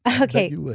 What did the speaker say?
Okay